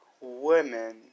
women